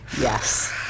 yes